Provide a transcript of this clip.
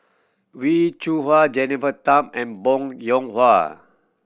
Wee Cho Yaw Jennifer Tham and Bong Hiong Hwa